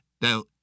Now